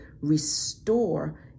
restore